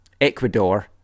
Ecuador